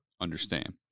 understand